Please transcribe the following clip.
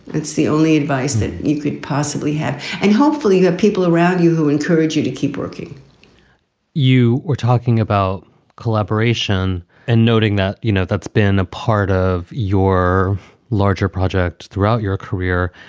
that's the only advice that you could possibly have. and hopefully the people around you who encourage you to keep working you were talking about collaboration and noting that, you know, that's been a part of your larger project throughout your career.